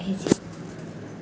ହେଇଛି